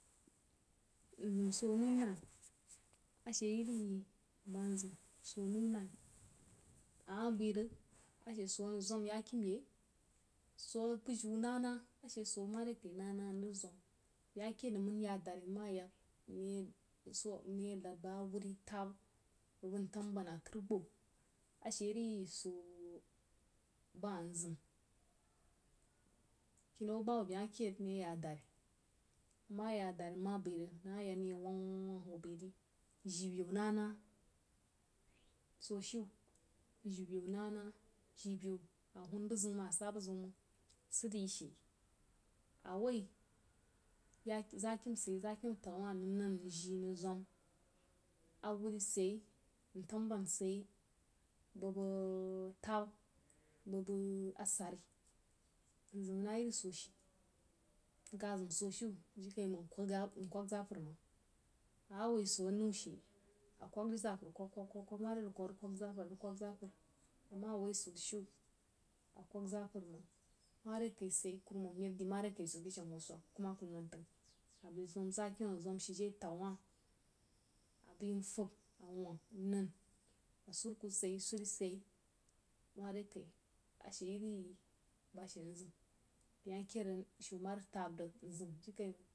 Mziro so noi nəm ashe ye ri ba azim so noi nəm ama bai rig, ashe so anəng rig zwa zakiam yai, so a bujui nah-nah so amarekai nah-nah, nəng rig zwan beh ma ked ngng mən ya dari nəng ye nəd bəg awuri tabba, bəg ntambən, akuro bau, ashe di so ba nzim kinau bahubba beh ma ked nang ye ya dadi nma bai rig nəng ye wong-wong huoh bai rī jii-bīu nah-nah, jii-biu a hun bəg ziu məng sid diyi she awoi zakiam sid yei zakiam atəg wa nəng nən ngi, nzwam awun sid yei, ntambən sid yei, bəg-bəg tabba, bəg-bəg asani nzim na iri so she nkah zim so shiu jinkaiməng nkuəg zapər məng, a mah a woi so anau she, a kwəg di zapər kwəg-kwəg-kwəg mare dag kwoh a rig kwəg di zapər-arig kwəg zapər a mah a woi so shiu akwəg zapər məng mare kai sid yei kuruman meb ri mare kai so keshe nhwo swəg a bai zwam zakiam nbai zwan shijei atag wah abai fabb a wong mnan, surkuh sid yei, suri sid yei mare kai ashe ru ba she zim, beh ma ked rig shiu ma rig tab rig.